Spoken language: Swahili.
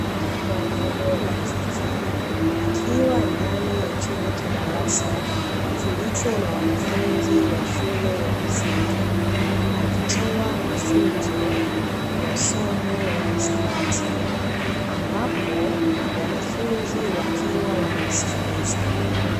Mwalimu wa kike akiwa ndani ya chumba cha darasa kilicho na wanafunzi wa shule ya msingi akitoa mafunzo ya somo la hisabati. Ambapo wanafunzi wakiwa wanamsikiliza.